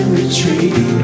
retreat